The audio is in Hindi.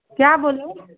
क्या बोले